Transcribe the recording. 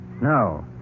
No